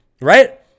right